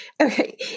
Okay